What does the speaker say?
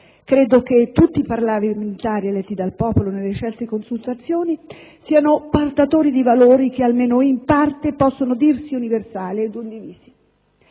Credo che tutti i parlamentari eletti dal popolo nelle recenti consultazioni siano portatori di valori che almeno in parte possono dirsi universali e condivisi.